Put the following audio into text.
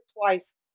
twice